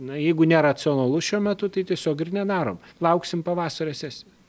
na jeigu neracionalu šiuo metu tai tiesiog ir nedarom lauksim pavasario sesijos